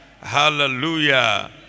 Hallelujah